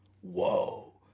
whoa